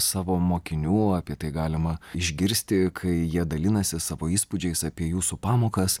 savo mokinių apie tai galima išgirsti kai jie dalinasi savo įspūdžiais apie jūsų pamokas